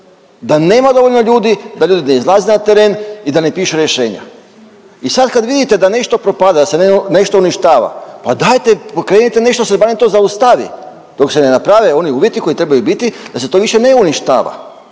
Da nema dovoljno ljudi, da ljudi ne izlaze na teren i da ne pišu rješenja. I sad kad vidite da nešto propada, da se nešto uništava, pa dajte pokrenite nešto da se barem to zaustavi dok se ne naprave oni uvjeti koji trebaju biti da se to više ne uništava.